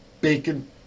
Bacon